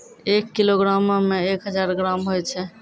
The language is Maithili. एक किलोग्रामो मे एक हजार ग्राम होय छै